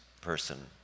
person